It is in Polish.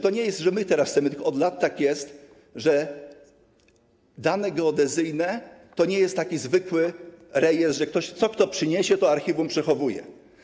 To nie jest tak, że my teraz tego chcemy, ale od lat tak jest, że dane geodezyjne to nie jest taki zwykły rejestr, że co ktoś przyniesie, to archiwum przechowuje.